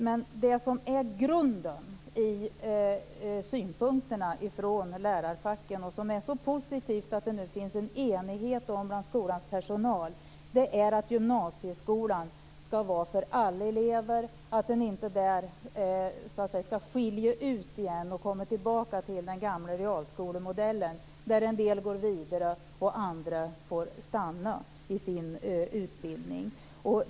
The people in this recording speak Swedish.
Men det som är grunden i synpunkterna från lärarfacken, och som är så positivt, är att det nu finns en enighet bland skolans personal om att gymnasieskolan skall vara för alla elever, att den inte på nytt skall skilja ut och komma tillbaka till den gamla realskolemodellen, där en del går vidare och andra får stanna i sin utbildning.